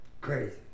crazy